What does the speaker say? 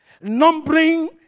numbering